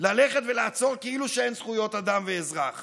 ללכת ולעצור כאילו שאין זכויות אדם ואזרח